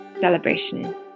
celebration